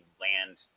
land